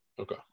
okay